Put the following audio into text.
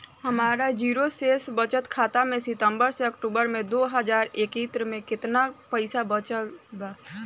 हमार जीरो शेष बचत खाता में सितंबर से अक्तूबर में दो हज़ार इक्कीस में केतना पइसा बचल बा?